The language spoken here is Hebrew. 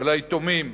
וליתומים,